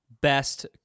best